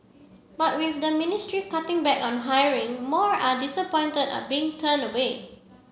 but with the ministry cutting back on hiring more are disappointed at being turned away